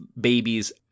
babies